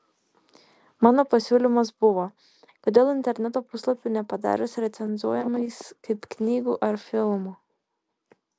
mano pasiūlymas buvo kodėl interneto puslapių nepadarius recenzuojamais kaip knygų ar filmų